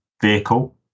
vehicle